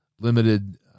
limited